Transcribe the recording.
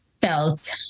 felt